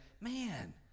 Man